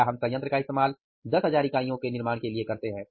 या हम संयंत्र का इस्तेमाल 10000 इकाइयों को बनाने के लिए करते हैं